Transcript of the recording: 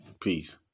Peace